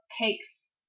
takes